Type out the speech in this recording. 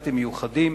סרטיפיקטים מיוחדים